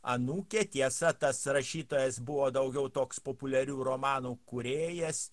anūkė tiesa tas rašytojas buvo daugiau toks populiarių romanų kūrėjas